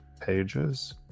pages